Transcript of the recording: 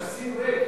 כשהסיר ריק.